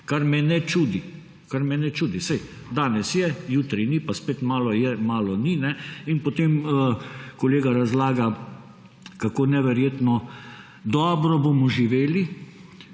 kaj je v njem, kar me ne čudi. Saj danes je, jutri ni, pa spet malo je, malo ni in potem kolega razlaga, kako neverjetno dobro bomo živeli,